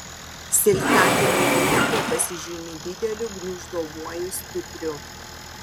silikatiniai blokai pasižymi dideliu gniuždomuoju stipriu